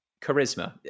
charisma